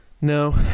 no